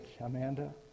Amanda